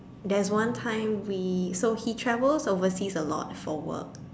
there's one time we so he travels overseas a lot for work